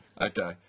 Okay